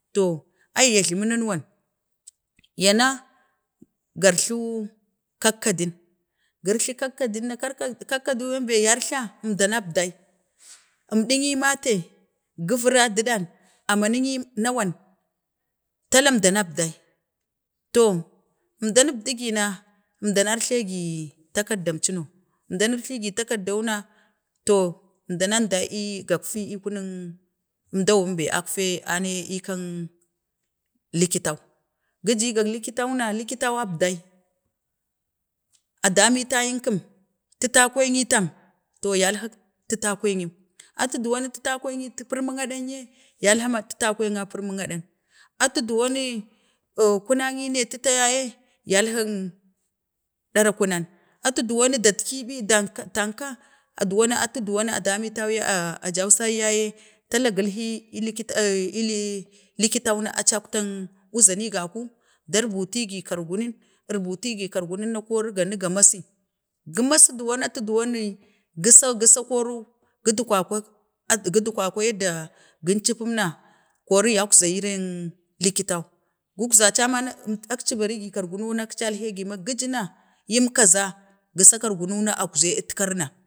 to ayya jlami nana wan, ya na, garjtu, kakkadun, giritu kak kadan na, ka, kakkadun yimbe yarəta na əmda nab doi, əmdini ma tee? gəvira dəɗan amanu ni nawan, talen əmda nap dai, to əmda nəpdu gi na, əmdan nargtagi ta kaddan luno, əmdan nərgtigi takaddam luno na, to əmdan nan dai iii gak, ii kumok əmdan bembe əkfee anee ekak likitan, giji gak liki tan na, likitan abdai a demitayin kəm, titaniyitem, to yal halo titakwai nenji, atu tuta kwaini purum aɗang yee, galha ma titakwai na parman adang, atu dowoni, kuna ni ne tita yaye, yalhang ɗaran kunan, atut, dowo nin datkiɓi, tanka, duwon nu atu dowon, a demata gin tam ya ye, aa jau sa ya ye, tala galhi ii likita, ii li, ii likitan na acaktan, uzni gaku, aci darbatigi kargu nun, ee butigi kargu hun na, ga ni ga mesi, gamasi na tu dowonin, gəsan, gəsau kori git gwakwi yadda, gumci pum na, kori yakzavi reng liki tan, guk za caman, akei, bari gi kargu nun akei, atecal he gi man gəjuna, yim kara gisau kargunnu na akzai, ie ətkaruna